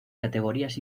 categorías